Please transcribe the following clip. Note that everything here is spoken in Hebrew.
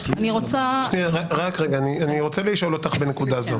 אני רוצה לשאול אותך בנקודה זו.